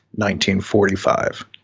1945